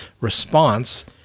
response